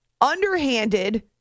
Underhanded